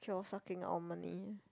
keep on sucking our money